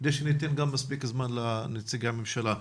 כדי לאפשר מספיק זמן גם לנציגי הממשלה.